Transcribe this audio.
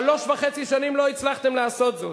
שלוש שנים וחצי לא הצלחתם לעשות זאת,